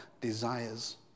desires